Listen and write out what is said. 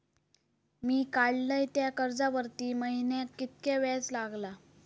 मी काडलय त्या कर्जावरती महिन्याक कीतक्या व्याज लागला?